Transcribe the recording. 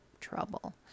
trouble